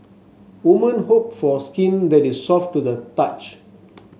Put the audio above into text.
woman hope for skin that is soft to the touch